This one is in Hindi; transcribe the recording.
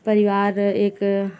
परिवार एक